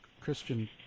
Christian